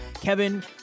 Kevin